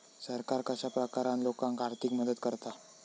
सरकार कश्या प्रकारान लोकांक आर्थिक मदत करता?